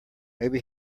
maybe